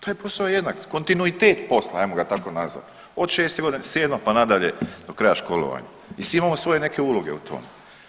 Taj posao je jednak, kontinuitet posla ajmo ga tako nazvat od 6. godine, 7. pa nadalje do kraja školovanja i svi imamo svoje neke uloge u tome.